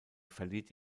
verliert